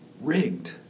rigged